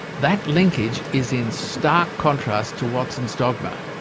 that linkage is in stark contrast to watson's dogma.